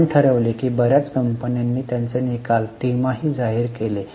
आपण ठरविले की बर्याच कंपन्यांनी त्यांचे निकाल तिमाही जाहीर केले